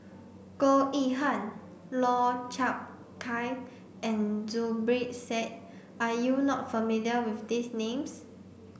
Goh Yihan Lau Chiap Khai and Zubir Said are you not familiar with these names